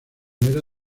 muera